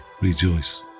rejoice